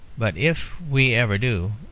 but if we ever do,